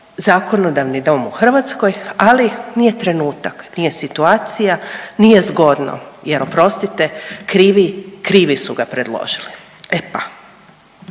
zakonodavni dom u Hrvatskoj, ali nije trenutak, nije situacija, nije zgodno, jer oprostite, krivi, krivi su ga predložili. E pa,